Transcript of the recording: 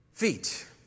Feet